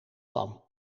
pan